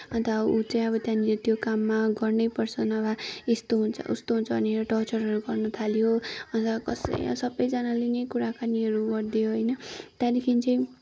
अन्त ऊ चाहिँ अब त्यहाँनिर त्यो काममा गर्नैपर्छ नभए यस्तो हुन्छ उस्तो हुन्छ अनि टर्चरहरू गर्न थाल्यो अन्त कसै सबैजनाले नै कुराकानीहरू गरिदियो होइन त्यहाँदेखि चाहिँ